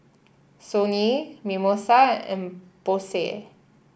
Sony Mimosa and Bose